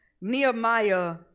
nehemiah